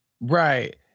Right